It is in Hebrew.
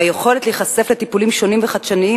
והיכולת להיחשף לטיפולים שונים וחדשניים